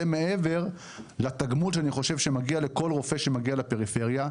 זה מעבר לתגמול שאני חושב שמגיע לכל רופא שמגיע לפריפריה,